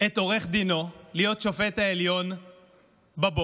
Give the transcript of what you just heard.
את עורך דינו להיות שופט העליון בבוקר,